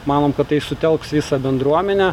manom kad tai sutelks visą bendruomenę